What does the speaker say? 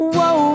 Whoa